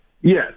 Yes